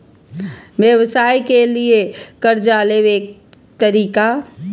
व्यवसाय के लियै कर्जा लेबे तरीका?